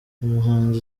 umuhanzi